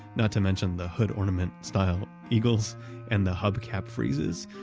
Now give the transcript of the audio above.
not to mention the hood ornament style eagles and the hubcap friezes.